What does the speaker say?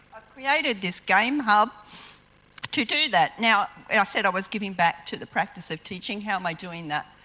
created this game hub to do that. now, and i said i was giving back to the practice of teaching, how am i doing that?